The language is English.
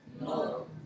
No